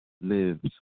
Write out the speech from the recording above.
lives